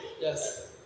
Yes